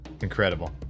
Incredible